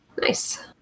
Nice